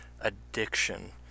addiction